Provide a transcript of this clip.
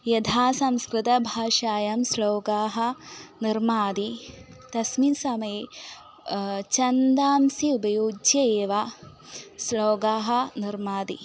यथा संस्कृतभाषायां श्लोकाः निर्माति तस्मिन् समये ष छन्दांसि उपयुज्य एव श्लोकाः निर्माति